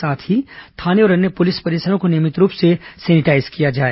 साथ ही थाने और अन्य पुलिस परिसरों को नियमित रूप से सैनिटाईज किया जाए